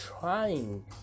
trying